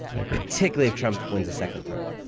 i agree. particularly if trump wins a second term.